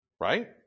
right